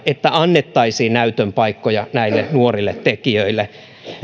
että annettaisiin näytön paikkoja näille nuorille tekijöille